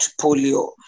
polio